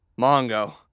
Mongo